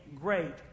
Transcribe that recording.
great